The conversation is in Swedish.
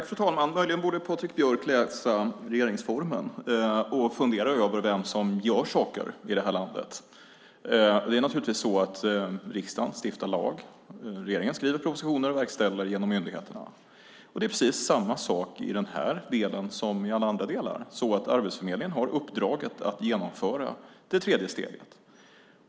Fru talman! Möjligen borde Patrik Björck läsa regeringsformen och fundera över vem som gör saker i det här landet. Det är naturligtvis så att riksdagen stiftar lag. Regeringen skriver propositioner och verkställer genom myndigheterna, och det är precis samma sak i den här delen som i alla andra delar att Arbetsförmedlingen har uppdraget att genomföra det tredje steget.